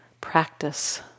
practice